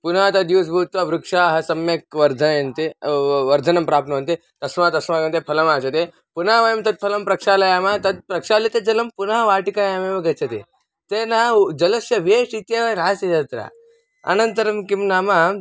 पुनः तत् यूस् भूत्वा वृक्षाः सम्यक् वर्धयन्ति वर्धनं प्राप्नुवन्ति तस्मात् अस्माकं कृते फलमागच्छति पुनः वयं तत् फलं प्रक्षालयामः तत् प्रक्षालितजलं पुनः वाटिकायामेव गच्छति तेन जलस्य वेष्ट् इत्येव नास्ति तत्र अनन्तरं किं नाम